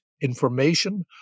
information